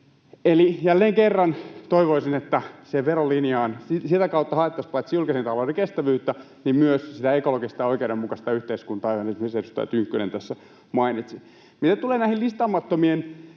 Eli jälleen kerran toivoisin, että siihen verolinjaan sitä kautta haettaisiin paitsi julkisen talouden kestävyyttä niin myös sitä ekologista ja oikeudenmukaista yhteiskuntaa, mistä myös edustaja Tynkkynen tässä mainitsi. Mitä tulee näihin listaamattomien